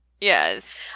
yes